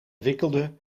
wikkelde